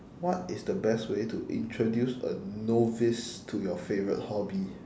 what is the best way to introduce a novice to your favourite hobby